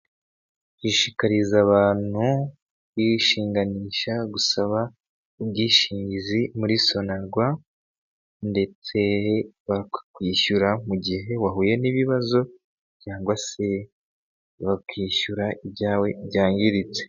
Ishishikariza abantu kuyishinganisha, gusaba ubwishingizi muri Sonarwa ndetse bakakwishyura mu gihe wahuye n'ibibazo cyangwa se bakishyura ibyawe byangiritse.